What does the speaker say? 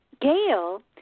Gail